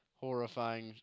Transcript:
horrifying